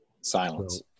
Silence